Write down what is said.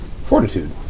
Fortitude